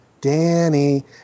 Danny